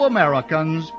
Americans